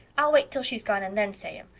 i'll wait till she's gone and then say em.